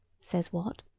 says wat,